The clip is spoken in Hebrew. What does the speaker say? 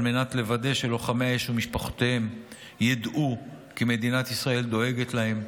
על מנת לוודא שלוחמי האש ומשפחותיהם ידעו כי מדינת ישראל דואגת להם,